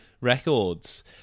records